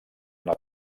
una